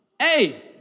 Hey